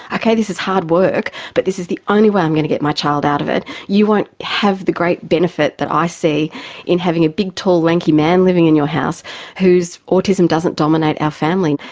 okay, this is hard work but this is the only way i'm going to get my child out of it, you won't have the great benefit that i see in having a big, tall, lanky man living in your house whose autism doesn't dominate our family.